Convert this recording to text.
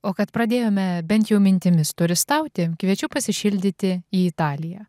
o kad pradėjome bent jau mintimis turistauti kviečiu pasišildyti į italiją